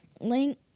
Link